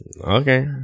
Okay